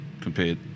Compared